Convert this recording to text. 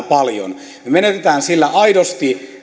paljon me menetämme sillä aidosti